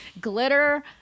glitter